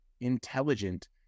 intelligent